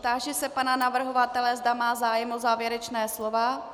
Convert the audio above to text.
Táži se pana navrhovatele, zda má zájem o závěrečné slovo.